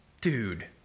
dude